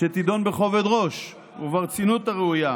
שתידון בכובד ראש וברצינות הראויה,